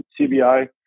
CBI